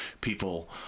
people